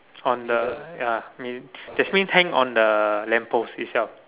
on the ya means that means hang on the lamp post itself